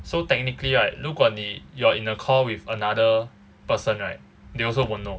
so technically right 如果你 you're in a call with another person right they also won't know